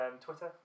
Twitter